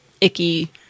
icky